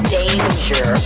danger